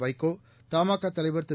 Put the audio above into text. வைகோ தமாகா தலைவர் திரு